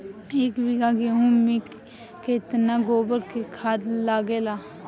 एक बीगहा गेहूं में केतना गोबर के खाद लागेला?